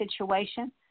situation